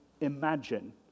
Imagine